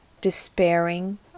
despairing